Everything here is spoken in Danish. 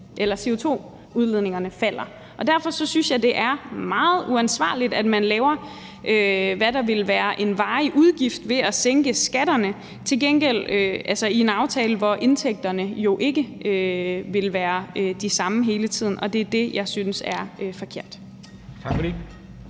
fordi CO2-udledningerne falder. Og derfor synes jeg, det er meget uansvarligt, at man laver, hvad der ville være en varig udgift, ved at sænke skatterne, altså i en aftale, hvor indtægterne jo ikke vil være de samme hele tiden. Og det er det, jeg synes er forkert.